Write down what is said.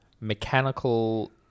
mechanical